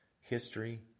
history